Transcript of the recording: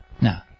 Now